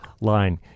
line